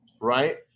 right